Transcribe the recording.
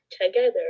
together